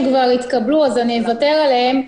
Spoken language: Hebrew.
שכבר התקבלו אז אני אוותר עליהן.